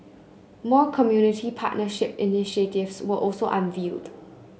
more community partnership initiatives were also unveiled